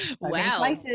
Wow